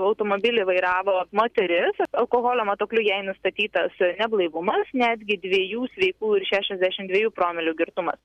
automobilį vairavo moteris alkoholio matuokliu jai nustatytas neblaivumas netgi dviejų sveikų ir šešiasdešim dviejų promilių girtumas